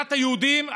מדינת היהודים,